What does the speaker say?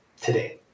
today